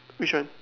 which one